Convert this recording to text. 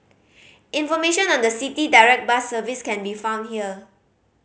information on the City Direct bus service can be found here